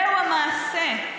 זהו המעשה.